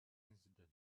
incident